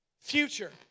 future